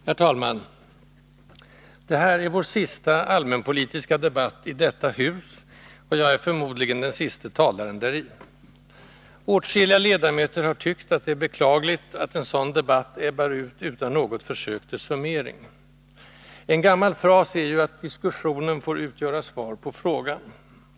Herr talman! Det här är vår sista allmänpolitiska debatt i detta hus, och jag är förmodligen den siste talaren däri. Åtskilliga ledamöter har tyckt att det är beklagligt att en sådan debatt ebbar ut utan något försök till summering. En gammal fras är ju att ”diskussionen får utgöra svar på frågan”.